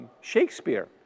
Shakespeare